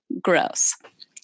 gross